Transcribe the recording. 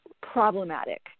problematic